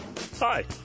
Hi